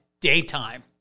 daytime